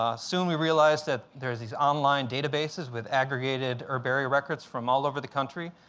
ah soon we realized that there are these online databases with aggregated herbaria records from all over the country.